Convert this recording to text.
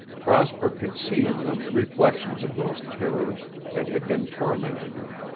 prosper could see in them reflections of those terrors that had been tormenting her.